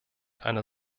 einer